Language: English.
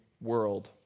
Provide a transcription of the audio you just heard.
world